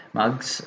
mugs